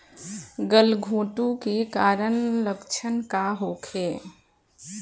गलघोंटु के कारण लक्षण का होखे?